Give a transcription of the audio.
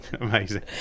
Amazing